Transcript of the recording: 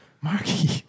Marky